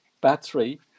battery